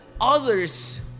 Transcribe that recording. others